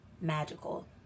magical